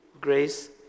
grace